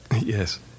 Yes